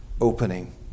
opening